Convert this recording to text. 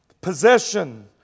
possession